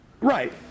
right